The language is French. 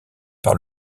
par